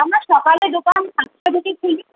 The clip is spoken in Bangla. আমরা সকালে দোকান সাতটা থেকে খুলি